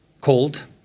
called